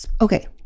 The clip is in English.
Okay